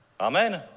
Amen